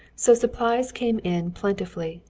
so supplies came in plentifully,